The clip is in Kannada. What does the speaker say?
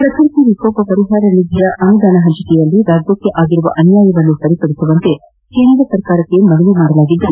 ಪ್ರಕೃತಿ ವಿಕೋಪ ಪರಿಹಾರ ನಿಧಿ ಅನುದಾನ ಹಂಚಿಕೆಯಲ್ಲಿ ರಾಜ್ಯಕ್ಷೆ ಆಗಿರುವ ಅನ್ವಾಯವನ್ನು ಸರಿಪಡಿಸುವಂತೆ ಕೇಂದ್ರ ಸರ್ಕಾರಕ್ಷೆ ಮನವಿ ಮಾಡಲಾಗಿದ್ದು